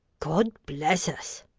god bless us!